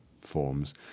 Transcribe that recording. forms